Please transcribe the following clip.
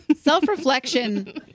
Self-reflection